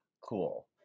cool